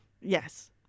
Yes